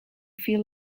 feel